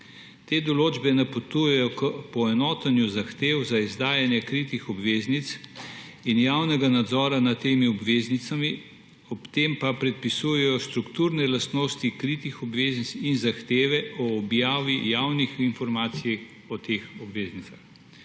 Te določbe napotujejo k poenotenju zahtev za izdajanje kritih obveznic in javnega nadzora nad temi obveznicami, ob tem pa predpisujejo strukturne lastnosti kritih obveznic in zahteve o objavi javnih informacij o teh obveznicah.